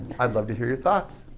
i'd love to hear your thoughts.